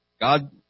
God